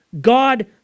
God